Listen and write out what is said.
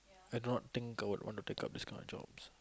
I do not think I would want to take up this kind of jobs